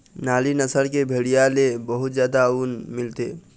नाली नसल के भेड़िया ले बहुत जादा ऊन मिलथे